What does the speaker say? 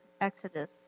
Exodus